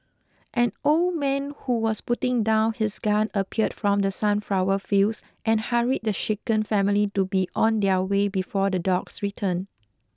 an old man who was putting down his gun appeared from the sunflower fields and hurried the shaken family to be on their way before the dogs return